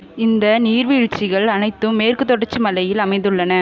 இந்த நீர்வீழ்ச்சிகள் அனைத்தும் மேற்கு தொடர்ச்சி மலையில் அமைந்துள்ளன